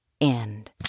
end